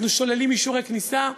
אנחנו שוללים אישורי כניסה,